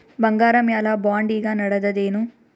ಬಂಗಾರ ಮ್ಯಾಲ ಬಾಂಡ್ ಈಗ ನಡದದೇನು?